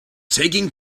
taking